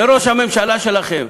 זה ראש הממשלה שלכם.